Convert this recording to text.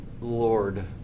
Lord